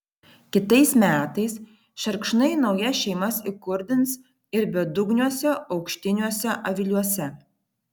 kitais metais šerkšnai naujas šeimas įkurdins ir bedugniuose aukštiniuose aviliuose